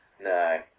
no